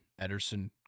Ederson